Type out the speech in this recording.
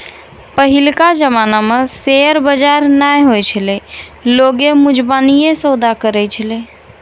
पहिलका जमाना मे शेयर बजार नै होय छलै लोगें मुजबानीये सौदा करै छलै